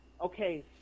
Okay